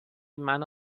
منو